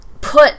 put